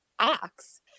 acts